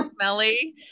smelly